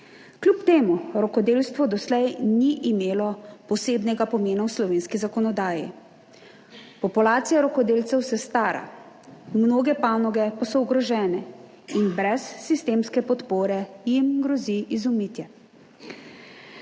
Kljub temu rokodelstvo doslej ni imelo posebnega pomena v slovenski zakonodaji. Populacija rokodelcev se stara, mnoge panoge pa so ogrožene in brez sistemske podpore jim grozi izumrtje.